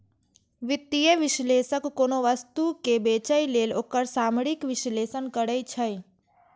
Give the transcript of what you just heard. वित्तीय विश्लेषक कोनो वस्तु कें बेचय लेल ओकर सामरिक विश्लेषण करै छै